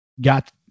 got